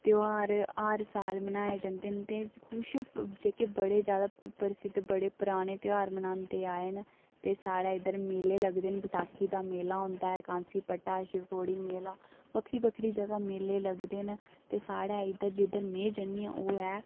ध्यार हर साल मनाए जंदे न ते कुछ जेह्के बड़े ज्यादा प्रसिद्ध बड़े पराने ध्यार मनांदे आए न ते साढ़े इद्धर मेले लगदे न बसाखी दा मेला होंदा कांसी पट्टा शिवखोड़ी मेला बक्खरी बक्खरी जगह मेले लगदे न ते साढ़े इद्धर जिद्धर में जन्नी आं ओह् ऐ